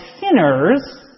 sinners